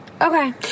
Okay